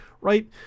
right